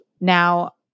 now